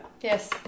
Yes